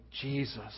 Jesus